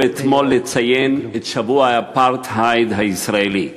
אתמול לציין את שבוע האפרטהייד הישראלי.